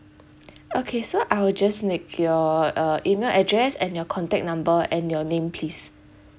okay so I'll just need your uh email address and your contact number and your name please